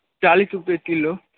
चालीस रूपए किलो